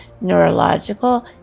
neurological